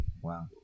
Wow